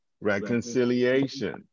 reconciliation